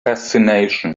fascination